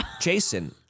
Jason